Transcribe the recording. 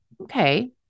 okay